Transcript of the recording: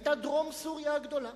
היתה דרום סוריה הגדולה.